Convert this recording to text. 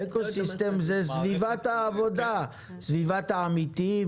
אקו-סיסטם זו סביבת העבודה, או סביבת העמיתים.